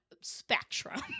spectrum